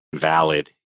valid